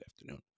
afternoon